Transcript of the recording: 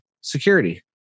security